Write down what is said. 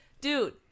Dude